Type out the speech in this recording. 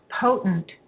potent